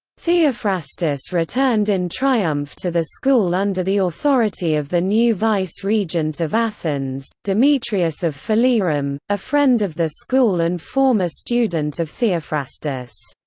theophrastus returned in triumph to the school under the authority of the new vice-regent of athens, demetrius of phalerum, a friend of the school and former student of theophrastus.